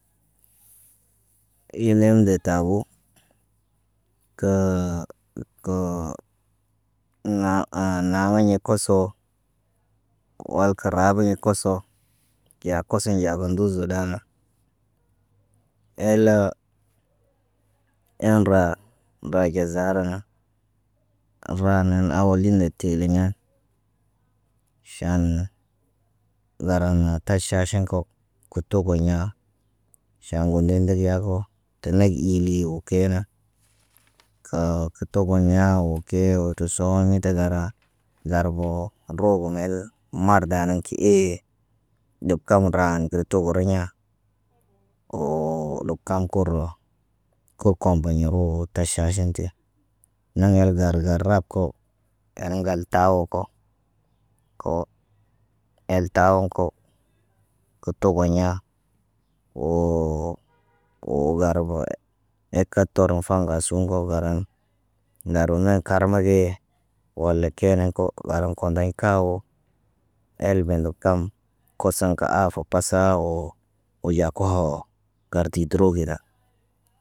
Iime de tabo kə, kə naa, naa woɲe koso. Wal karabəyi koso kiya koso yaagə nduzu ɗa. El, en ra, ba ɟazaa rana. Raanan awalina teeliɲa ʃaan garaŋg taʃ ʃaaʃin ko. Kə togo ɲa, ʃaan wo ne degi yaako, te negi iili wo kena. Kaa kə togoɲa wo kee wo tə sooɲi tagara. Zarboo, roobo ŋgel maardana ti eey. Deb kaw raan kə togo roɲa, woo ɗop kam koro kə kompaɲero taʃ ʃaaʃan ti. Naŋg el gar gar rab kaw, ene ŋgal tawako. Koo el taawo ko. Kə togo ɲa woo woo garbo er ka toro faŋgaso ŋgo garan. Naramay karma gee wala kene kow, wala kondaɲ kawo. El bene kam kosan kə aafu pasaa wo. Wo ya koho, ŋgar didəro ge da.